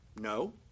No